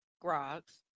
Groggs